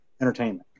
entertainment